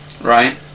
Right